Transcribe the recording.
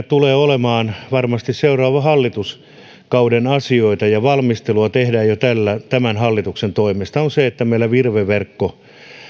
tulee olemaan varmasti seuraavan hallituskauden asioita ja jonka valmistelua tehdään jo tämän hallituksen toimesta on se että meillä virve verkko